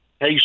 Hey